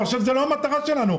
אבל זאת לא המטרה שלנו.